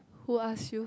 who ask you